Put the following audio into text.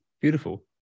beautiful